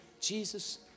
Jesus